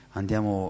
andiamo